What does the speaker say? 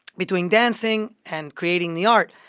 between dancing and creating the art,